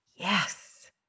Yes